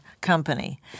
company